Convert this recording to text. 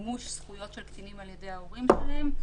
למימוש זכויות של קטינים על ידי ההורים שלהם,